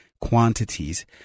quantities